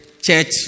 church